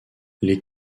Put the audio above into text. les